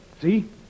See